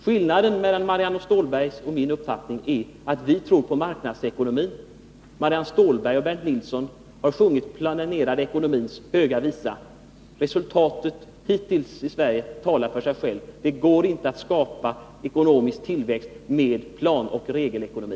Skillnaden mellan Marianne Stålbergs och Bernt Nilssons uppfattning och vår är att vi tror på marknadsekonomi medan Marianne Stålberg och Bernt Nilsson har sjungit den planerade ekonomins höga visa. Resultatet hittills i Sverige talar för sig självt. Det går inte att skapa ekonomisk tillväxt med planoch regelekonomi.